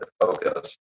focus